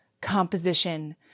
composition